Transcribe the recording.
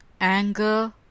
anger